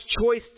choice